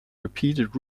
repeated